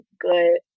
good